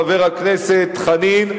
חבר הכנסת חנין,